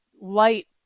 light